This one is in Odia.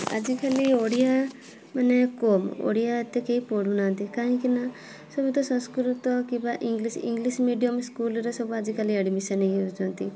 ଆଜିକାଲି ଓଡ଼ିଆ ମାନେ କମ୍ ଓଡ଼ିଆ ଏତେ କେହି ପଢୁନାହାଁନ୍ତି କାହିଁକିନା ସବୁ ତ ସଂସ୍କୃତ କିମ୍ବା ଇଂଲିସ୍ ଇଂଲିସ୍ ମିଡ଼ିୟମ୍ ସ୍କୁଲ୍ରେ ସବୁ ଆଜିକାଲି ଆଡ଼୍ମିସନ୍ ହେଇଯାଉଛନ୍ତି